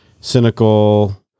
Cynical